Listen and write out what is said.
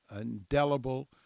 indelible